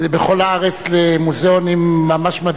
בכל הארץ למוזיאונים ממש מדהימים,